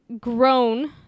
grown